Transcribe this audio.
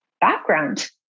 background